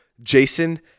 Jason